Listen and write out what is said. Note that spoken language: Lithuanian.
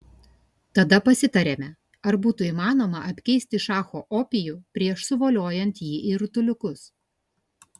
tada pasitarėme ar būtų įmanoma apkeisti šacho opijų prieš suvoliojant jį į rutuliukus